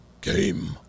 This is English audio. Game